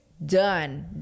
done